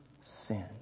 sin